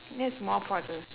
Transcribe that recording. yeah small pauses